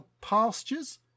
pastures